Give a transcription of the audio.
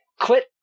quit